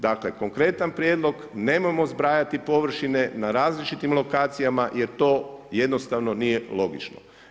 Dakle, konkretan prijedlog, nemojmo zbrajati površine na različitim lokacijama, jer to jednostavno nije logično.